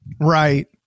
right